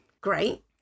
Great